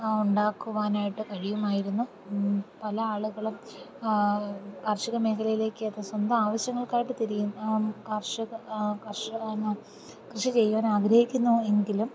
ആ ഉണ്ടാക്കുവാനായിട്ട് കഴിയുമായിരുന്നു പല ആളുകളും കാർഷിക മേഖലയിലേക്ക് സ്വന്തം ആവിശ്യങ്ങൾക്ക് ആയിട്ട് തിരിയുന്നു കാർഷിക കാർഷി ആ കാർഷിക കൃഷി ചെയ്യുവാൻ ആഗ്രഹിക്കുന്നു എങ്കിലും